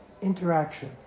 interaction